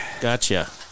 Gotcha